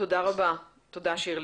תודה רבה, שירלי.